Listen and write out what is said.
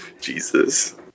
Jesus